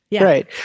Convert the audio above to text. Right